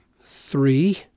three